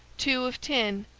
two of tin,